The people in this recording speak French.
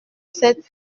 ses